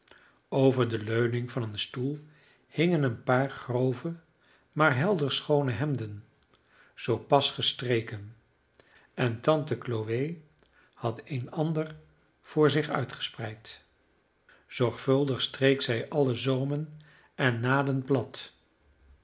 over de leuning van een stoel hingen een paar grove maar helder schoone hemden zoo pas gestreken en tante chloe had een ander vr zich uitgespreid zorgvuldig streek zij alle zoomen en naden plat